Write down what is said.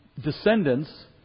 descendants